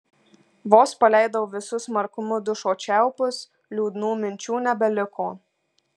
vos paleidau visu smarkumu dušo čiaupus liūdnų minčių nebeliko